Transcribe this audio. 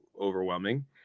overwhelming